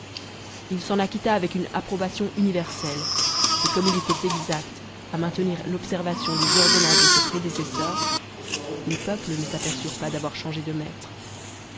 h s'en acquitta'avec une approbation universelle et comme il était exact à maintenir l'observation des ordonnances de ses prédéces ars les peuples ne s'aperçurent pas d'avoir changé de maître